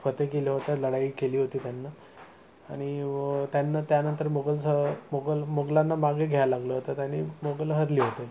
फते केलं होतं लढाई केली होती त्यांना आणि व त्यांना त्यानंतर मोगलसह मोगल मोगलांना मागे घ्यायला लागलं होतं त्यांनी मोगल हरले होते